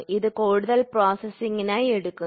ഇത് കൂടുതൽ പ്രോസസ്സിംഗിനായി എടുക്കുന്നു